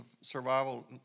survival